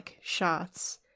shots